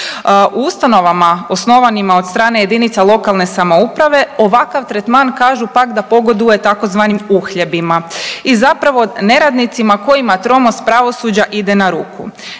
U ustanovama osnovanima od strane jedinica lokalne samouprave ovakav tretman kažu pak da pogoduje tzv. uhljebima i zapravo neradnicima kojima tromost pravosuđa ide na ruku.